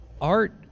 art